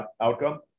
outcome